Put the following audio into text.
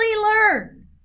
learn